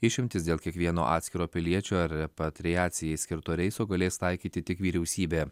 išimtis dėl kiekvieno atskiro piliečio ar repatriacijai skirto reiso galės taikyti tik vyriausybė